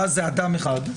ואז זה אדם אחד,